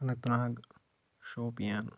Anant Nag Shopian